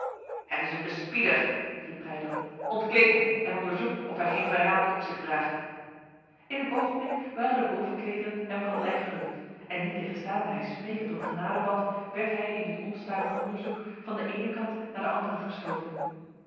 het is een bespieder riep breydel ontkleedt hem en onderzoekt of hij geen verraad op zich draagt in een ogenblik waren de bovenklederen hem van het lijf gerukt en niettegenstaande hij smekend om genade bad werd hij in dit onstuimig onderzoek van de ene kant naar de andere gestoten